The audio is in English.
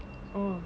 oh